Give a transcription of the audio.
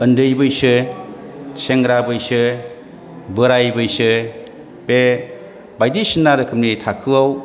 उन्दै बैसो सेंग्रा बैसो बोराय बैसो बे बायदिसिना रोखोमनि थाखोआव